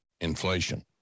inflation